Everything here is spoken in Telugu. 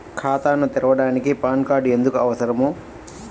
ఖాతాను తెరవడానికి పాన్ కార్డు ఎందుకు అవసరము?